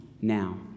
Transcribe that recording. now